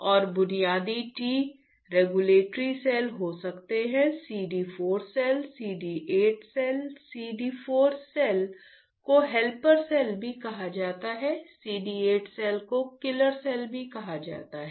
और बुनियादी T regulatory cell हो सकते हैं CD 4 cell CD 8 cell CD 4 cell को हेल्पर सेल भी कहा जाता है CD 8 सेल को किलर सेल भी कहा जाता है